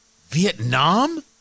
Vietnam